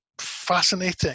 fascinating